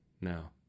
now